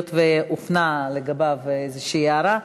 היות שהופנתה לגביו איזושהי הערה,